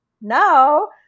no